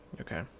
Okay